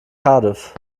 cardiff